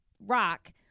Rock